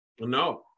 No